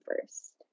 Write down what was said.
first